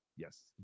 yes